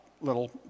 little